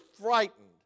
frightened